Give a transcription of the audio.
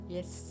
Yes